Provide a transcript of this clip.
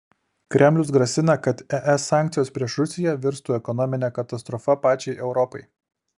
kremlius grasina kad es sankcijos prieš rusiją virstų ekonomine katastrofa pačiai europai